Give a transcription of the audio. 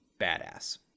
badass